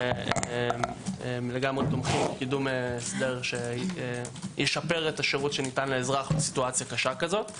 ואנו תומכים בקידום הסדר שישפר את השירות שניתן לאזרח במצב קשה כזה.